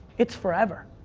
it's forever.